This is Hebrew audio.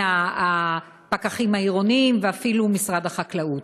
הפקחים העירוניים ואפילו משרד החקלאות,